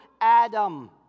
Adam